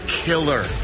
killer